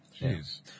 Jeez